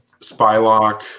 spylock